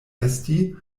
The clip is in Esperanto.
esti